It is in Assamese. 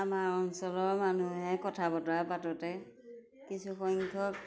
আমাৰ অঞ্চলৰ মানুহে কথা বতৰা পাতোতে কিছুসংখ্যক